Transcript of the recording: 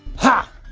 ha!